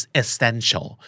essential